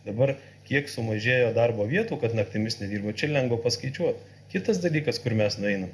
dabar kiek sumažėjo darbo vietų kad naktimis nedirba čia lengva paskaičiuot kitas dalykas kur mes nueinam